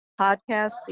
podcast